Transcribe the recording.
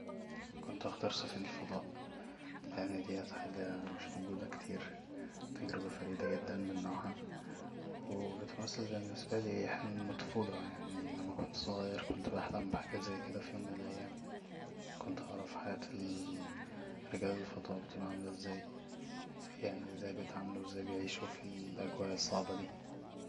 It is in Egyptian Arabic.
كنت هختار سفينة الفضاء لأن ديت حاجة مش موجودة كتير وتجربة فريدة جدا من نوعها وبتمثل بالنسبالي حلم طفولة يعني لما كنت صغير كنت بحلم بحاجة زي كده في يوم من الايام كنت هعرف حياة ال رجال الفضاء بتبقى عاملة ازاي يعني ازاي بيتعاملو ازاي بيعيشو في الأجواء الصعبة دي